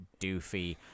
doofy